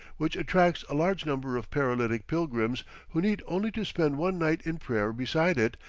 which attracts a large number of paralytic pilgrims who need only to spend one night in prayer beside it,